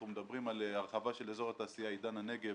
אנחנו מדברים על הרחבה של אזור התעשייה עידן הנגב,